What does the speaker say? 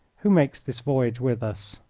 who makes this voyage with us.